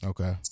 Okay